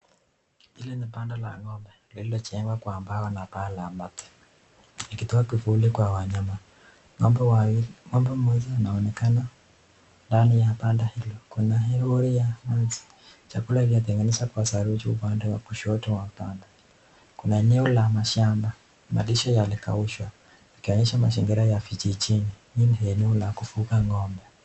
Hili ni banda la ng'ombe lililojengwa kwa mbao na paa ya mabati ikitoa kivuli kwa wanyama. Ng'ombe mmoja anaonekana ndani ya banda hilo. Chakula kimetengenezwa kwenye saruji upande wa kushoto wa banda. Kuna eneo la mashamba, malisho yamekaushwa yakionyesha mazingira ya kijijini. Hili ni eneo la kufuga ng'ombe.